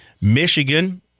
Michigan